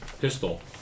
pistol